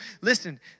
Listen